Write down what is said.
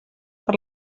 per